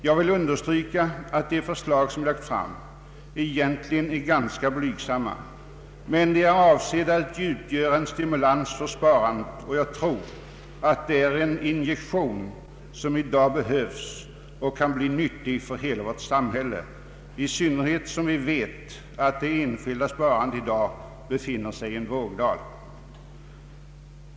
Jag vill understryka att de förslag som lagts fram egentligen är ganska blygsamma, men de är avsedda att utgöra en stimulans för sparandet, och jag tror att det är en injektion som i dag behövs och som kan bli till nytta för hela vårt samhälle, i synnerhet eftersom vi vet att det enskilda sparandet i dag befinner sig i en vågdal.